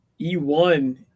E1